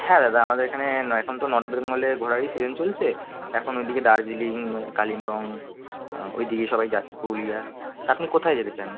হ্যাঁ দাদা আমাদের এখানে ন এখন তো নর্থ বেঙ্গলে ঘোরারই সিজেন চলছে এখন ওইদিকে দার্জিলিং কালিম্পং ওইদিকে সবাই যাচ্ছে পুরুলিয়া তা আপনি কোথায় যেতে চান